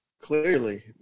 Clearly